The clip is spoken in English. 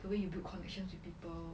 the way you build connections with people